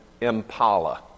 impala